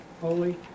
holy